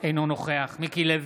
אינו נוכח מיקי לוי,